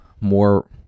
more